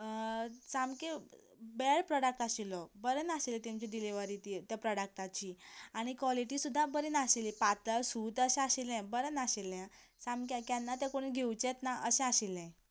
सामकें bad product आशिल्लो बरें नाशिल्लें तांची डिलीवरी ती त्या प्रोडक्टाची आनी क्वॉलिटी सुद्दां बरी नाशिल्ली पातळ सूत अशें आशिल्लें बरें नाशिल्लें सामकें केन्ना तें कोण घेवचेंच ना अशें आशिल्लें